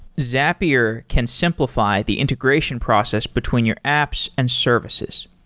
zapier can simplify the integration process between your apps and services.